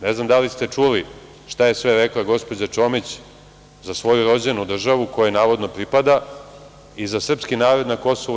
Ne znam da li ste čuli šta je sve rekla gospođa Čomić za svoju rođenu državu kojoj, navodno, pripada i za srpski narod na KiM?